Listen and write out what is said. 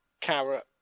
carrot